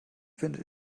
findet